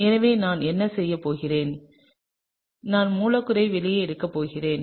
எனவே நான் என்ன செய்யப் போகிறேன் நான் மூலக்கூறை வெளியே எடுக்கப் போகிறேன்